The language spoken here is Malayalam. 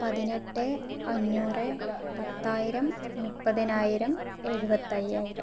പതിനെട്ട് അഞ്ഞൂറ് പത്തായിരം മുപ്പതിനായിരം എഴുപത്തയ്യായിരം